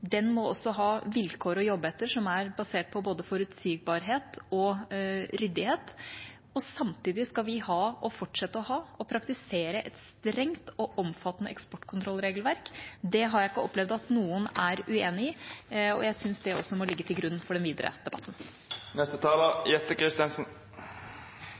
Den må også ha vilkår å jobbe etter som er basert på både forutsigbarhet og ryddighet, og samtidig skal vi fortsette å ha og praktisere et strengt og omfattende eksportkontrollregelverk. Det har jeg ikke opplevd at noen er uenig i, og jeg syns det også må ligge til grunn for den videre